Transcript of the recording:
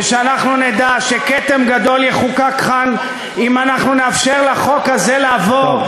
ושאנחנו נדע שכתם גדול יחוקק כאן אם אנחנו נאפשר לחוק הזה לעבור,